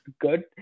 good